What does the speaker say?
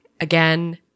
Again